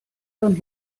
dann